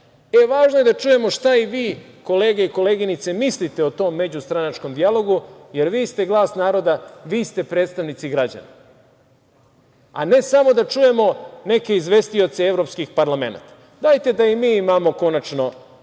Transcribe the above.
Važno je da čujemo šta i vi, kolege i koleginice, mislite o tom međustranačkom dijalogu, jer vi ste glas naroda, vi ste predstavnici građana, a ne samo da čujemo neke izvestioce Evropskog parlamenta. Dajte da i mi imamo konačno